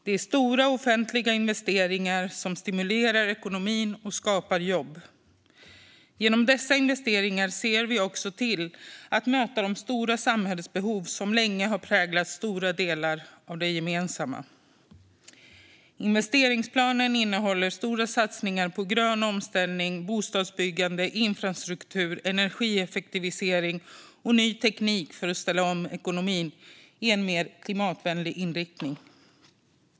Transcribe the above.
Det är stora offentliga investeringar som stimulerar ekonomin och skapar jobb. Genom dessa investeringar ser vi också till att möta de stora samhällsbehov som länge har präglat stora delar av det gemensamma. Investeringsplanen innehåller stora satsningar på grön omställning, bostadsbyggande, infrastruktur, energieffektivisering och ny teknik för att ställa om ekonomin i en mer klimatvänlig riktning.